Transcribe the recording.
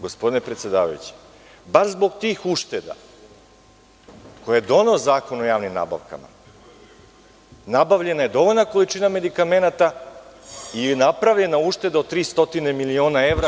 Gospodine predsedavajući, baš zbog tih ušteda koje je doneo Zakon o javnim nabavkama, nabavljena je dovoljna količina medikamenata i napravljena ušteda od 300 miliona evra…